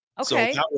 Okay